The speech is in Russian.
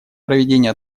проведение